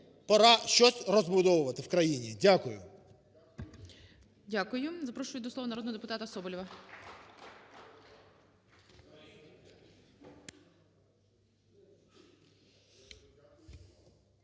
пора щось розбудовувати в країні. Дякую. ГОЛОВУЮЧИЙ. Дякую. Запрошую до слова народного депутата Соболєва.